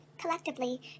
Collectively